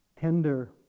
tender